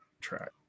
track